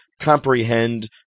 comprehend